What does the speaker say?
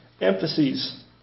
emphases